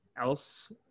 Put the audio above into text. else